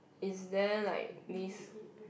is there like this